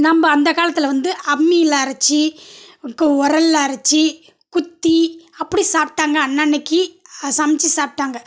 நம்ப அந்த காலத்தில் வந்து அம்மியில் அரச்சு உரல்ல அரச்சு குத்தி அப்படி சாப்பிடாங்க அன்னன்றைக்கி சமைச்சி சாப்பிட்டாங்க